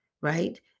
right